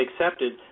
Accepted